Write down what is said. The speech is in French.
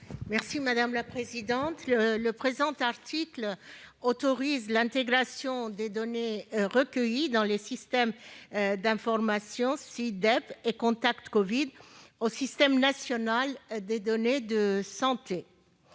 est à Mme Esther Benbassa. Le présent article autorise l'intégration des données recueillies dans les systèmes d'information Sidep et Contact Covid au système national des données de santé.